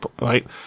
right